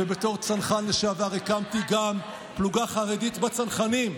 ובתור צנחן לשעבר הקמתי פלוגה חרדית גם בצנחנים,